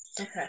Okay